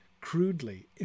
crudely